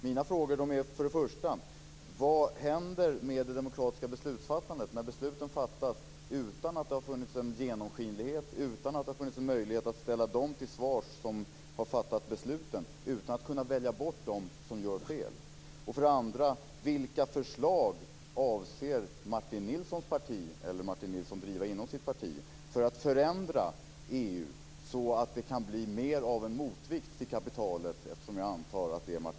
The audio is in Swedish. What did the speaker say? Min första fråga är: Vad händer med det demokratiska beslutsfattandet när besluten fattas utan att det har funnits en genomskinlighet, utan att det har funnits en möjlighet att ställa dem till svars som har fattat besluten och utan att kunna välja bort dem som gör fel? Min andra fråga är: Vilka förslag avser Martin Nilssons parti, eller Martin Nilsson inom sitt parti, att driva för att förändra EU så att det kan bli mer av en motvikt till kapitalet, eftersom jag antar att det är